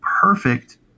perfect